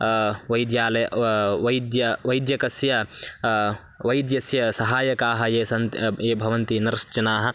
वैद्यालयः वा वैद्यः वैद्यकस्य वैद्यस्य सहायकाः ये सन्ति ये भवन्ति नर्स् जनाः